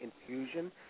infusion